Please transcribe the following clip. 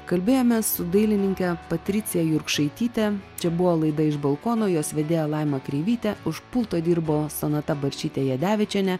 kalbėjomės su dailininke patricija jurkšaityte čia buvo laida iš balkono jos vedėja laima kreivytė už pulto dirbo sonata barčytė jadevičienė